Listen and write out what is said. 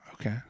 Okay